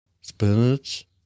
spinach